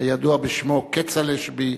הידוע בשמו כצל'ה.